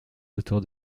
autour